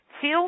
Feel